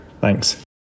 Thanks